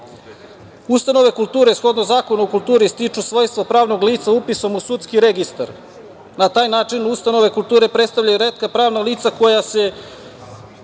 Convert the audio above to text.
kulturi. Ustanove kulture, shodno Zakonu o kulturi, stiču svojstvo pravnog lica upisom u sudski registar. Na taj način ustanove kulture predstavljaju retka pravna lica koja se